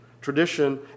tradition